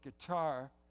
guitar